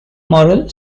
moral